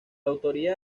autoría